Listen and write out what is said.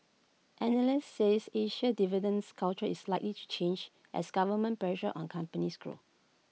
analysts says Asia's dividends culture is likely to change as government pressure on companies grows